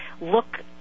look